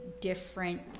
different